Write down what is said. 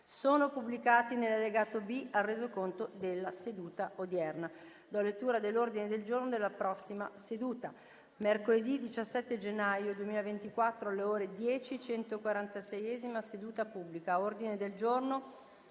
sono pubblicati nell'allegato B al Resoconto della seduta odierna.